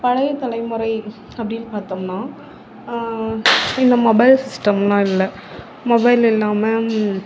பழைய தலைமுறை அப்படின்னு பார்த்தோம்னா இந்த மொபைல் சிஸ்டம்லாம் இல்லை மொபைல் இல்லாம